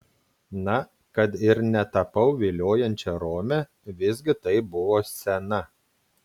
na kad ir netapau viliojančia rome visgi tai buvo scena